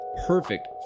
perfect